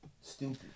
stupid